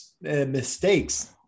mistakes